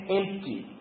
empty